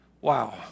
wow